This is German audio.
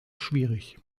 schwierig